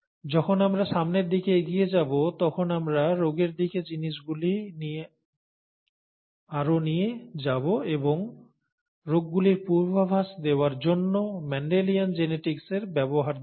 যখন আমরা সামনের দিকে এগিয়ে যাব তখন আমরা রোগের দিকে জিনিসগুলি আরও নিয়ে যাব এবং রোগগুলির পূর্বাভাস দেওয়ার জন্য 'মেন্ডেলিয়ান জেনেটিক্সের' ব্যবহার দেখব